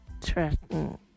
threaten